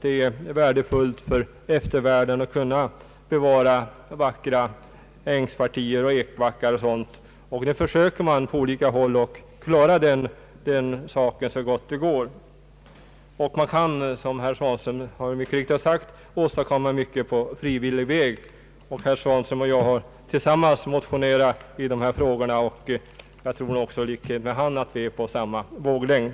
Det är värdefullt för eftervärlden om man kan bevara vackra ängspartier, ekbackar och liknande, och den saken försöker man på olika håll att klara så gott det går. Som herr Svanström sade kan man åstadkomma mycket på frivillig väg. Herr Svanström och jag har tillsammans motionerat i dessa frågor, och jag tror som han att vi är på samma våglängd.